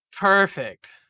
perfect